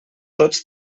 tots